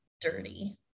dirty